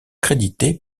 crédité